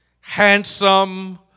handsome